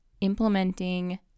implementing